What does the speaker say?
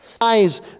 Eyes